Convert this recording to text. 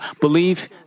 believe